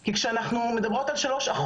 כי כשאנחנו מדברות על 3%,